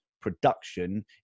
production